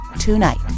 tonight